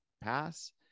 pass